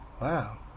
Wow